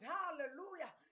hallelujah